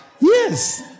Yes